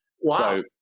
Wow